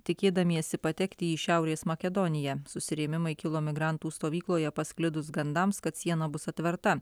tikėdamiesi patekti į šiaurės makedoniją susirėmimai kilo migrantų stovykloje pasklidus gandams kad siena bus atverta